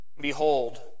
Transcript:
Behold